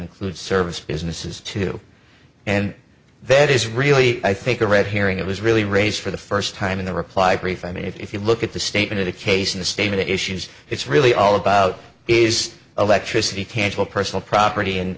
include service businesses too and that is really i think a red herring it was really raised for the first time in the reply brief i mean if you look at the statement in a case in the statement issues it's really all about is electricity cantle personal property and